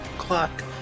clock